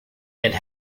and